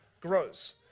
grows